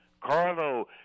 Carlo